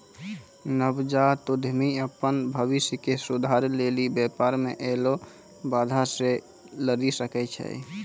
नवजात उद्यमि अपन भविष्य के सुधारै लेली व्यापार मे ऐलो बाधा से लरी सकै छै